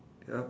yup